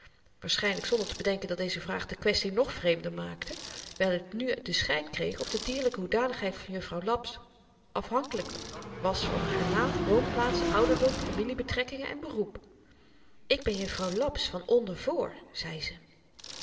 waarschynlyk zonder te bedenken dat deze vraag de kwestie nog vreemder maakte wyl t nu den schyn kreeg of de dierlyke hoedanigheid van juffrouw laps afhankelyk was van haar naam woonplaats ouderdom familiebetrekkingen en beroep ik ben juffrouw laps van onder voor zei ze